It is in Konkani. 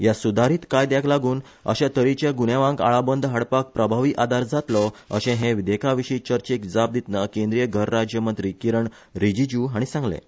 ह्या सुधारित कायद्याक लागुन अश्या तेरेच्या गुन्यावांक आळाबंद हाडपाक प्रभावी आदार जातलो अशें हे विधेयकाविशी चर्चेक जाप दितना केंद्रीय घर राज्य मंत्री किरण रिजीजू हाणी सांगलें